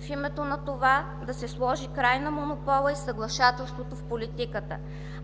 В името на това да се сложи край на монопола и съглашателството в политиката